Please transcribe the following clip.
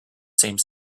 same